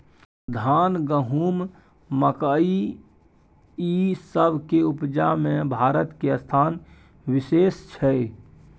धान, गहूम, मकइ, ई सब के उपजा में भारत के स्थान विशेष छै